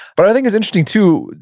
but i think it's interesting too,